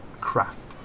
craft